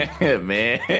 man